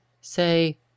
say